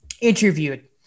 interviewed